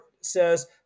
says